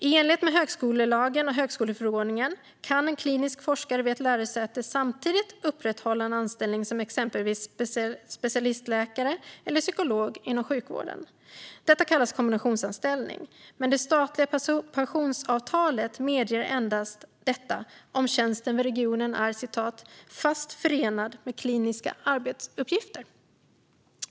I enlighet med högskolelagen och högskoleförordningen kan en klinisk forskare vid ett lärosäte samtidigt upprätthålla en anställning som exempelvis specialistläkare eller psykolog inom sjukvården. Detta kallas kombinationsanställning. Men det statliga pensionsavtalet medger endast detta om tjänsten vid regionen är fast förenad med kliniska arbetsuppgifter.